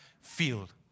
field